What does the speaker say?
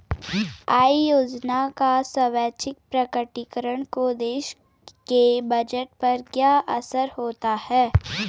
आय योजना का स्वैच्छिक प्रकटीकरण का देश के बजट पर क्या असर होता है?